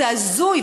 זה הזוי,